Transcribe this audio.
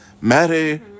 Mary